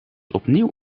opnieuw